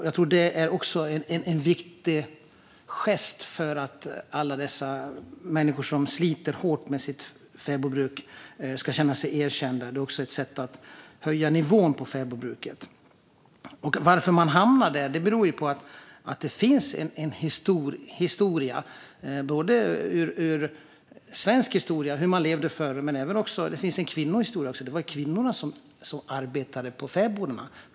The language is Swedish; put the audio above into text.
Jag tror att det även är en viktig gest för att alla dessa människor som sliter hårt med sitt fäbodbruk ska känna sig erkända. Det är också ett sätt att höja nivån på fäbodbruket. Detta har att göra med svensk historia och hur man levde förr, men även med kvinnohistoria. Det var kvinnorna som arbetade på fäbodarna.